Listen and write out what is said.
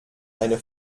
eine